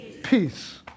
peace